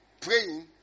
Praying